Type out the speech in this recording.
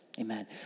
Amen